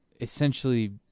essentially